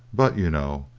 but, you know,